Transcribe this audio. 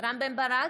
רם בן ברק,